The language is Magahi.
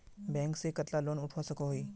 बैंक से कतला लोन उठवा सकोही?